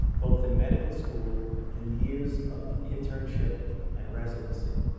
both in medical school and years of internship and residency.